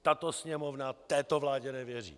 Tato Sněmovna této vládě nevěří.